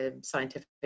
scientific